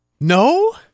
No